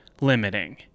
limiting